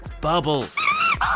bubbles